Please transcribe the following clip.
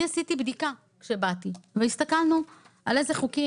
אני עשיתי בדיקה כשבאתי והסתכלנו על איזה חוקים